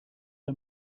are